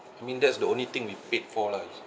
I mean that's the only thing we paid for lah